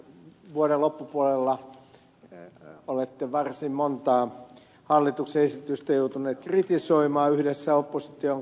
vuoden loppupuolella olette varsin montaa hallituksen esitystä joutunut kritisoimaan yhdessä opposition kanssa